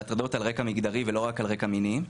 הטרדות על רקע מגדרי ולא רק על רקע מיני.